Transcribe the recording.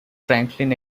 franklin